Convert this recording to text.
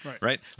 Right